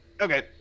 Okay